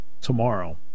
tomorrow